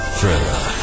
Thriller